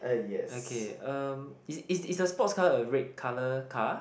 okay um is is is the sports car a red colour car